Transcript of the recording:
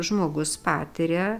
žmogus patiria